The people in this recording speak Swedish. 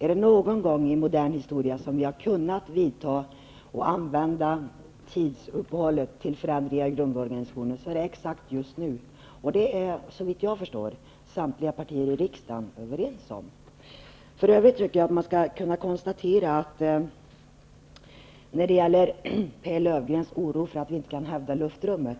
Har vi någon gång i modern historia kunnat använda tidsuppehållet till att vidta förändringar i grundorgansationen är det exakt just nu. Det är såvitt jag förstår samtliga partier i riksdagen överens om. Pehr Löfgreen känner oro för att vi inte skall kunna hävda luftrummet.